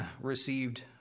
received